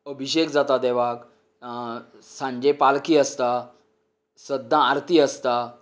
अभिशेक जाता देवाक सांजे पालखी आसता सद्दां आरती आसता